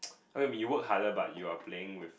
when we work harder but you playing with